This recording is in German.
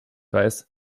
weiß